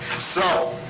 so.